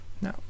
No